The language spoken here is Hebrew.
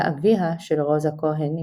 היה אביה של רוזה כהן,